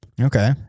Okay